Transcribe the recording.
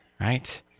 right